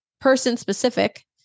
person-specific